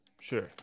Sure